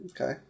Okay